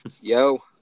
Yo